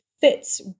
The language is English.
fits